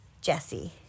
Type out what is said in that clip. Jesse